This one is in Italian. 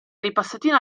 ripassatina